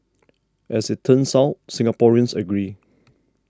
as it turns out Singaporeans agree